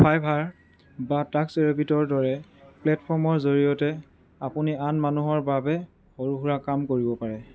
fibre বা task ৰেবিটৰ দৰে প্লেটফৰ্মৰ জৰিয়তে আপুনি আন মানুহৰ বাবে সৰু সুৰা কাম কৰিব পাৰে